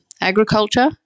agriculture